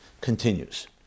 continues